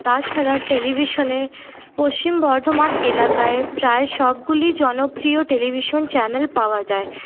তাছাড়া টেলিভিশনে পশ্চিম বর্ধমান এলাকায় প্রায় সবগুলি জনপ্রিয় টেলিভিশন চ্যানেল পাওয়া যায়